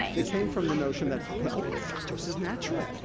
it came from the notion that, well, fructose is natural,